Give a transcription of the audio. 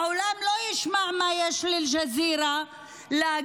העולם לא ישמע מה יש לאל-ג'זירה להגיד,